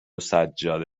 سجاده